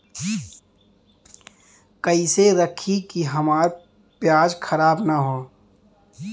कइसे रखी कि हमार प्याज खराब न हो?